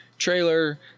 trailer